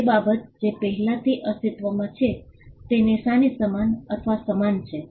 તે બાબત જે પહેલાથી અસ્તિત્વમાં છે તે નિશાની સમાન અથવા સમાન છે